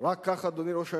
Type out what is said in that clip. רק כך, אדוני ראש הממשלה,